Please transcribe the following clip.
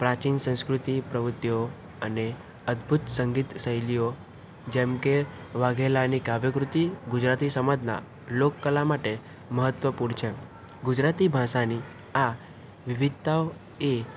પ્રાચીન સંસ્કૃતિ પ્રવૃત્તિઓ અને અદ્ભુત સંગીત શૈલીઓ જેમકે વાઘેલાની કાવ્ય કૃતિ ગુજરાતી સમાજના લોક કલા માટે મહત્વપૂર્ણ છે ગુજરાતી ભાષાની આ વિવિધતાઓ એ